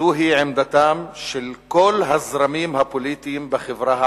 וזוהי עמדתם של כל הזרמים הפוליטיים בחברה ערבית.